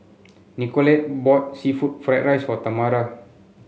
Nicolette bought seafood Fried Rice for Tamara